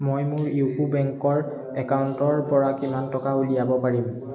মই মোৰ ইউকো বেংকৰ একাউণ্টৰ পৰা কিমান টকা উলিয়াব পাৰিম